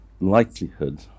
likelihood